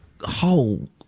whole